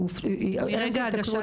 מרגע הגשת